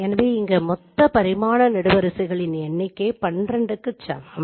எனவே இங்கே மொத்த பரிமாண நெடுவரிசையின் எண்ணிக்கை 12 க்கு சமம்